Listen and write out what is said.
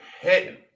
hitting